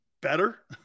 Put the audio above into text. better